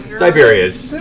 tiberius.